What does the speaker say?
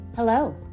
Hello